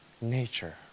nature